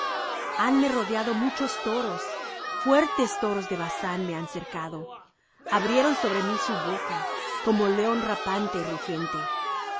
quien ayude hanme rodeado muchos toros fuertes toros de basán me han cercado abrieron sobre mí su boca como león rapante y rugiente